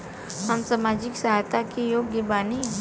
हम सामाजिक सहायता के योग्य बानी?